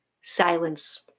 Silence